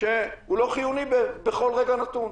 שהוא לא חיוני בכל רגע נתון.